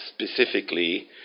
specifically